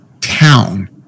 town